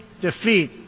defeat